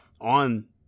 on –